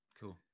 Cool